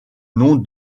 nom